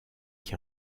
qui